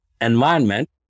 environment